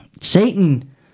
Satan